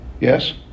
yes